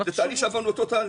זה תהליך שהוא אותו תהליך.